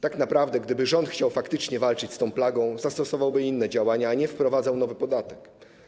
Tak naprawdę gdyby rząd chciał faktycznie walczyć z tą plagą, podjąłby inne działania, a nie wprowadzał nowy podatek.